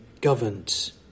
governed